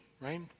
right